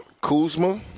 Kuzma